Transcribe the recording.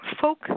folk